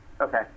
Okay